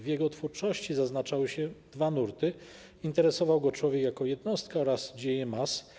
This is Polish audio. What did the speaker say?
W jego twórczości zaznaczały się dwa nurty - interesował go człowiek jako jednostka oraz dzieje mas.